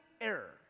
error